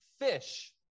fish